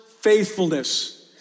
faithfulness